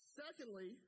secondly